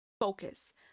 focus